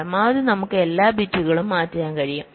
പരമാവധി നമുക്ക് എല്ലാ ബിറ്റുകളും മാറ്റാൻ കഴിയും